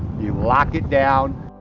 you lock it down,